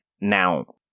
Now